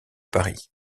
paris